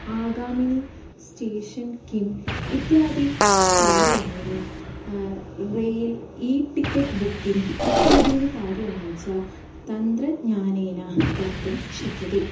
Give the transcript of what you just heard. आगामिनं station किम् इत्यादि कार्याणि रेल् ई टिकेट् बुक्किङ्ग् इत्यादीनि कार्याणि च तन्त्रज्ञानेन कर्तुं शक्यते